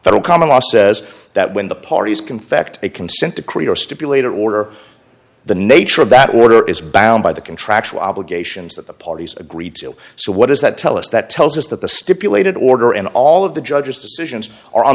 federal common law says that when the parties confect a consent decree or stipulated order the nature of that order is bound by the contractual obligations that the parties agree to so what does that tell us that tells us that the stipulated order and all of the judges decisions are on